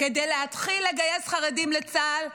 כדי להתחיל לגייס חרדים לצה"ל,